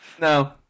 No